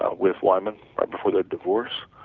ah with wyman before their divorce,